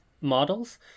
models